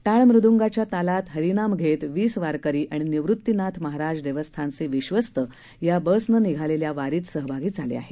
टाळ मुद्गाच्या तालात हरीनाम घेत वीस वारकरी आणि निवृतीनाथ महाराज देवस्थानचे विश्वस्त या बसनं निघालेल्या वारीत सहभागी झाले आहेत